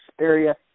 area